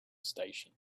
station